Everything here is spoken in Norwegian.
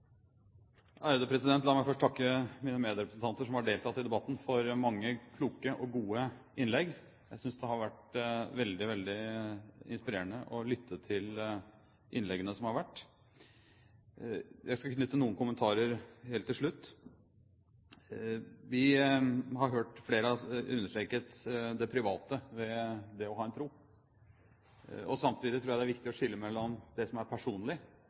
La meg først takke mine medrepresentanter som har deltatt i debatten, for mange kloke og gode innlegg. Jeg synes det har vært veldig, veldig inspirerende å lytte til de innleggene som har vært. Jeg skal knytte noen kommentarer til dem helt til slutt. Flere har understreket det private ved det å ha en tro. Samtidig tror jeg det er viktig å skille mellom det som er personlig